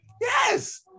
Yes